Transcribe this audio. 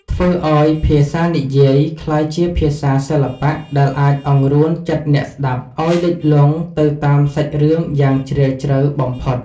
ធ្វើឱ្យភាសានិយាយក្លាយជាភាសាសិល្បៈដែលអាចអង្រួនចិត្តអ្នកស្ដាប់ឱ្យលិចលង់ទៅតាមសាច់រឿងយ៉ាងជ្រាលជ្រៅបំផុត។